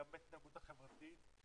גם בהתנהגות החברתית,